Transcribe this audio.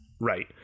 Right